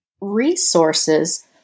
resources